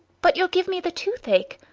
but you'll give me the toothache.